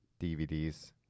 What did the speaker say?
DVDs